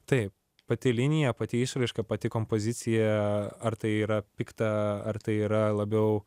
taip pati linija pati išraiška pati kompozicija ar tai yra pikta ar tai yra labiau